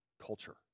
culture